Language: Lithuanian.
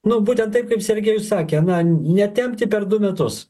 nu būtent taip kaip sergejus sakė na netempti per du metus